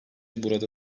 burada